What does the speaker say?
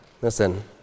listen